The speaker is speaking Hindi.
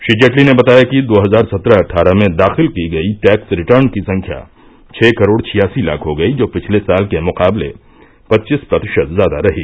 श्री जेटली ने बताया कि दो हजार सत्रह अट्ठारह में दाखिल की गयी टैक्स रिटर्न की संख्या छह करोड़ छियासी लाख हो गयी जो पिछले साल के मुकाबले पचीस प्रतिशत ज्यादा रही